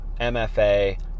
MFA